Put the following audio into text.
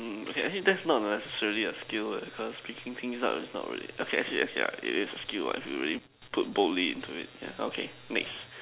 mm okay I think that's not necessarily a skill cause picking things up is not really okay actually yes ya it is a skill if you put both limb into it okay next